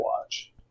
watch